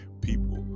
people